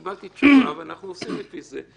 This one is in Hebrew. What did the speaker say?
קיבלתי תשובה ואנחנו עושים לפי זה.